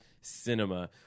cinema